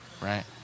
Right